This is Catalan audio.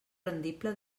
rendible